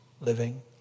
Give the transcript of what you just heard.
living